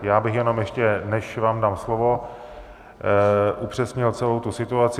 Já bych jenom, ještě než vám dám slovo, upřesnil celou tu situaci.